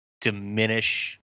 diminish